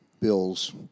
Bill's